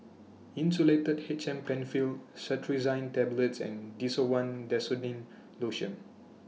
Insulatard H M PenFill Cetirizine Tablets and Desowen Desonide Lotion